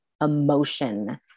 emotion